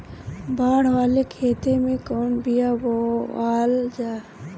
बाड़ वाले खेते मे कवन बिया बोआल जा?